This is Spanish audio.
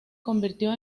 convirtió